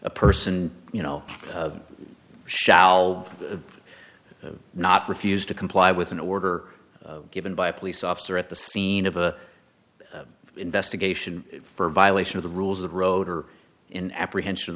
a person you know shall not refuse to comply with an order given by a police officer at the scene of an investigation for violation of the rules of the road or in apprehension